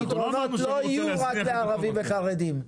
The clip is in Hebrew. אנחנו לא אמרנו שאנחנו רוצים להזניח את המקומות האלה.